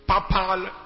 papal